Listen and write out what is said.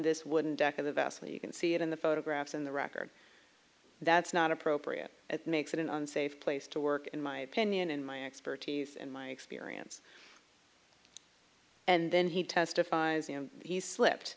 this wooden deck of the vessel you can see it in the photographs in the record that's not appropriate that makes it an unsafe place to work in my opinion and my expertise and my experience and then he testifies he slipped